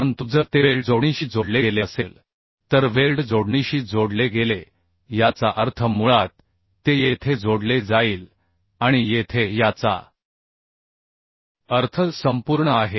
परंतु जर ते वेल्ड जोडणीशी जोडले गेले असेल तर वेल्ड जोडणीशी जोडले गेले याचा अर्थ मुळात ते येथे जोडले जाईल आणि येथे याचा अर्थ संपूर्ण आहे